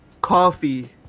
coffee